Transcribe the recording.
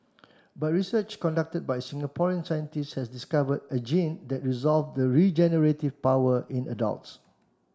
but research conducted by a Singaporean scientist has discovered a gene that restores the regenerative powers in adults